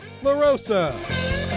LaRosa